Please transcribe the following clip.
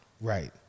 Right